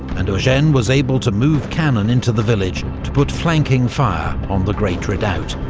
and eugene was able to move cannon into the village, to put flanking fire on the great redoubt.